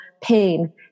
pain